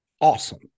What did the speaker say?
awesome